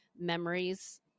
memories